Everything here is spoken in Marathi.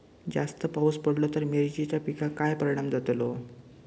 जास्त पाऊस पडलो तर मिरचीच्या पिकार काय परणाम जतालो?